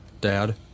dad